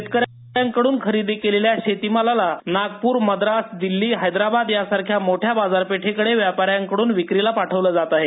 शेतकऱ्यांकडून खरेदी केलेल्या शेतमालाला नागपूर मद्रास दिल्ली हैदराबाद यासारख्या मोठ्या बाजारपेठांकडे व्यापाऱ्यांकडून विक्रीला पाठवलं जात आहे